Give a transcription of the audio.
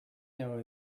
know